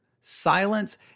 silence